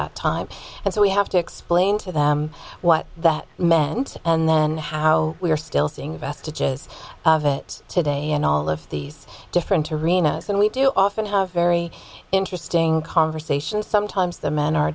that time and so we have to explain to them what that meant and then how we are still seeing vestiges of it today in all of these different arenas and we do often have very interesting conversations sometimes the men are